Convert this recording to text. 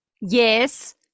yes